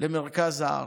למרכז הארץ.